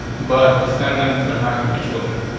but descendants are not gonna be children.